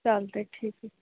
चालत आहे ठीक आहे